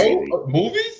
movies